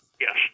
Yes